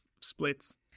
splits